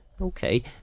Okay